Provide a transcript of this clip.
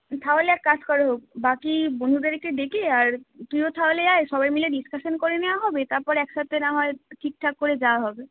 তাহলে এক কাজ করা হোক বাকি বন্ধুদেরকে ডেকে আর তুইও তাহলে আয় সবাই মিলে ডিসকাশন করে নেওয়া হবে তারপর একসাথে না হয় ঠিকঠাক করে যাওয়া হবে